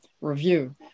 review